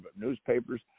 newspapers